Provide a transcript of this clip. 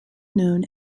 known